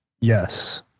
yes